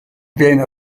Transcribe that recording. viene